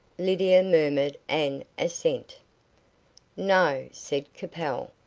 lydia murmured an assent. no, said capel,